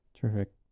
Perfect